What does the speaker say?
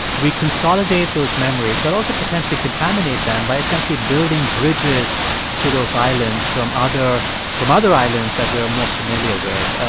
we consolidate those memories but also potentially contaminate them by essentially building bridges to those islands from other from other islands that we are more familiar with.